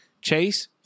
Chase